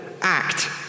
act